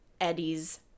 eddie's